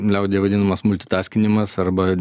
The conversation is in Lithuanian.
liaudyje vadinamas multitaskinimas arba